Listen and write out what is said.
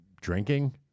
drinking